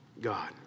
God